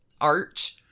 art